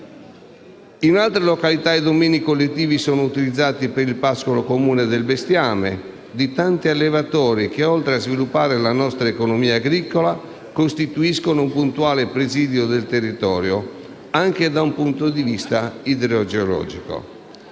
In altre località i domini collettivi sono utilizzati per il pascolo comune del bestiame di tanti allevatori che, oltre a sviluppare la nostra economia agricola, costituiscono un puntuale presidio del territorio anche da un punto di vista idrogeologico.